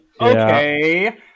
Okay